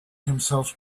himself